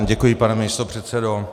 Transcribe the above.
Děkuji, pane místopředsedo.